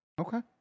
Okay